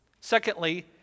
Secondly